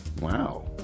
Wow